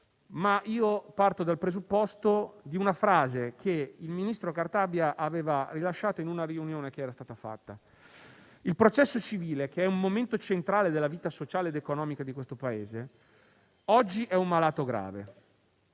Tuttavia parto dal presupposto contenuto in una frase che il ministro Cartabia aveva formulato in una riunione che era stata fatta: il processo civile, che è un momento centrale della vita sociale ed economica di questo Paese, oggi è un malato grave